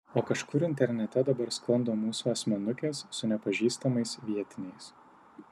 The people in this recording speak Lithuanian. o kažkur internete dabar sklando mūsų asmenukės su nepažįstamais vietiniais